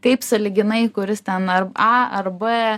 kaip sąlyginai kuris ten ar a ar b